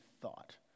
thought